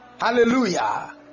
Hallelujah